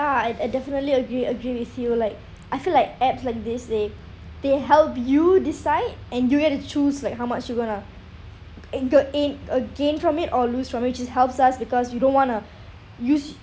~a I I definitely agree agree with you like I feel like apps like this they they help you decide and you get to choose like how much you are going to and g~ and uh gain from it or lose from it which helps us because you don't want to use